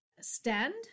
stand